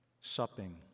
supping